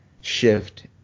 shift